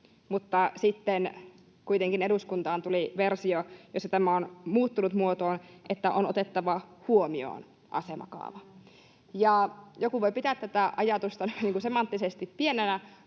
mutta sitten kuitenkin eduskuntaan tuli versio, jossa tämä on muuttunut muotoon, että ”on otettava huomioon asemakaava”. Joku voi pitää tätä ajatusta semanttisesti pienenä,